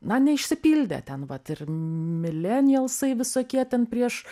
na neišsipildė ten vat ir milenialsai visokie ten prieš